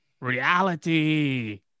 Reality